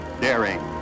daring